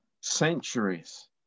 centuries